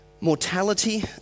Mortality